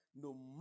no